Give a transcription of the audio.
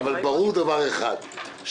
אבל דבר אחד ברור,